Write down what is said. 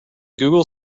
google